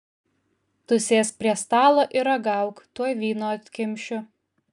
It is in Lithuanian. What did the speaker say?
tu sėsk prie stalo ir ragauk tuoj vyno atkimšiu